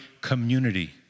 community